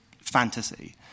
fantasy